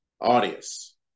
Audience